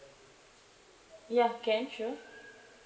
ya can sure